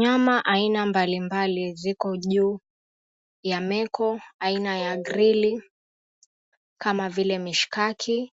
Nyama aina mbali mbali ziko juu ya mekoaina ya grili kama vile nishikali